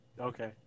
Okay